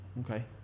okay